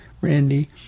Randy